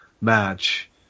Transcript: match